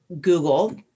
Google